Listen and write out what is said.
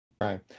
Right